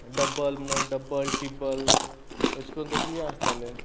double म्हणोन double triple अश कोन तेजी हे आसताले